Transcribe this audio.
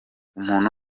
umuntu